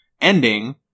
ending